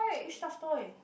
which stuffed toy